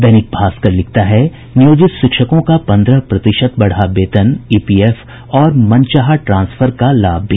दैनिक भास्कर लिखता है नियोजित शिक्षकों का पन्द्रह प्रतिशत बढ़ा वेतन ईपीएफ और मनचाहे ट्रांसफर का लाभ भी